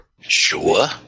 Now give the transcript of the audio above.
Sure